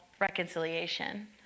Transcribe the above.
reconciliation